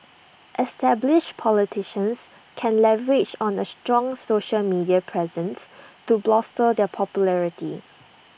established politicians can leverage on A strong social media presence to bolster their popularity